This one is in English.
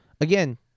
Again